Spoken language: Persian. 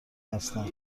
هستم